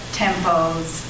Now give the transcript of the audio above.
tempos